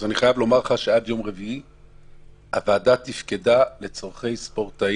אני חייב לומר לך שעד יום רביעי הוועדה תפקדה לצורכי ספורטאים,